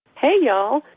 hey y'all.